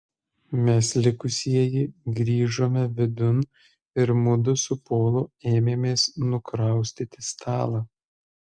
mes likusieji grįžome vidun ir mudu su polu ėmėmės nukraustyti stalą